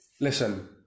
listen